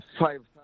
five